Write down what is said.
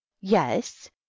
yes